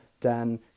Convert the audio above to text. Dan